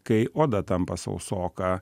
kai oda tampa sausoka